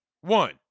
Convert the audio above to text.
One